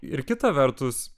ir kita vertus